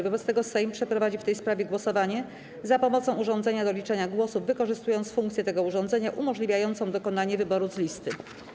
Wobec tego Sejm przeprowadzi w tej sprawie głosowanie za pomocą urządzenia do liczenia głosów, wykorzystując funkcję tego urządzenia umożliwiającą dokonanie wyboru z listy.